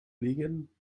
legen